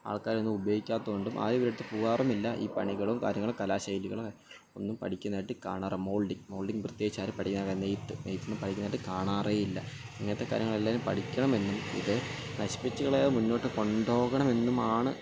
ആൾക്കാരൊന്നും ഉപയോഗിക്കാത്തത് കൊണ്ടും ആരും ഇവരുടെ അടുത്ത് പോകാറുമില്ല ഈ പണികളും കാര്യങ്ങളും കലാശൈലികളും ഒന്നും പഠിക്കുന്നതായിട്ട് കാണാറ് മോൾഡിംഗ് മോൾഡിംഗ് പ്രത്യേകിച്ചാരും പഠിക്കാൻ നേയ്ത്ത് നേയ്ത്തൊന്നും പഠിക്കുന്നതായിട്ട് കാണാറേയില്ല ഇങ്ങനത്തേ കാര്യങ്ങളെല്ലാരും പഠിക്കണമെന്നും ഇത് നശിപ്പിച്ച് കളയാതെ മുന്നോട്ട് കൊണ്ടുപോകണമെന്നും ആണ്